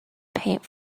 paint